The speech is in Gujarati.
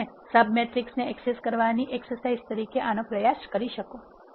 તમે સબ મેટ્રિક્સને એક્સેસ કરવાની કવાયત તરીકે આનો પ્રયાસ કરી શકો છો